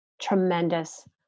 tremendous